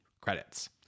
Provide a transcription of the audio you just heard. credits